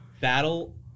Battle